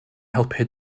helpu